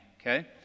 Okay